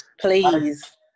please